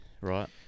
Right